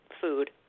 food